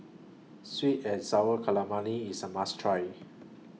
Sweet and Sour Calamari IS A must Try